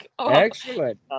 Excellent